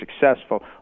successful